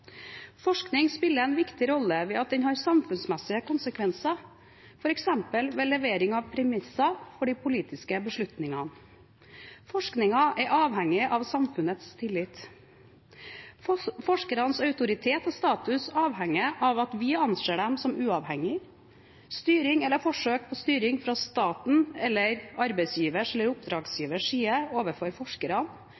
Forskning spiller en viktig rolle ved at den har samfunnsmessige konsekvenser, f.eks. ved levering av premisser for politiske beslutninger. Forskningen er avhengig av samfunnets tillit. Forskernes autoritet og status avhenger av at vi anser dem som uavhengige. Styring eller forsøk på styring fra statens, arbeidsgivers eller